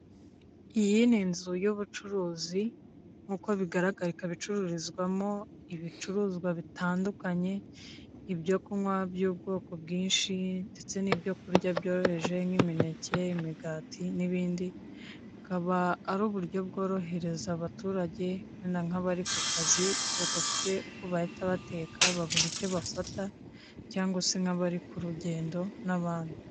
Iyi ni inzu y'ubucuruzi nk'uko bigaragara ikaba icururizwamo ibicuruzwa bitandukanye ibyo kunywa by'ubwoko bwinshi ndetse n'ibyo kurya byoroheje nk'imineke, imigati n'ibindi, bikaba ari uburyo bworohereza abaturage wenda nk'abari ku kazi badafite uko bahita bateka babona icyo bafata cyangwa se nk'abari ku rugendo n'abandi.